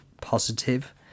positive